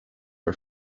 her